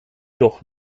doch